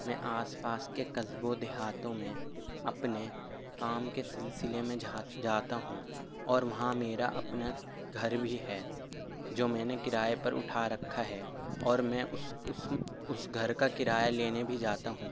میں آس پاس کے قصبوں دیہاتوں میں اپنے کام کے سلسلے میں جاتا ہوں اور وہاں میرا اپنا گھر بھی ہے جو میں نے کرایہ پر اٹھا رکھا ہے اور میں اس اس اس گھر کا کرایہ لینے بھی جاتا ہوں